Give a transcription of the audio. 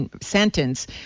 sentence